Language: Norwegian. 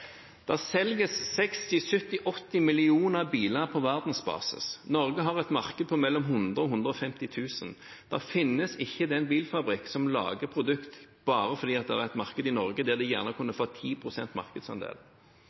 Det selges 60–70–80 millioner biler på verdensbasis. Norge har et marked på mellom 100 000 og 150 000. Det finnes ikke den bilfabrikk som lager produkter bare fordi det er et marked i Norge der de kunne fått 10 pst. markedsandel,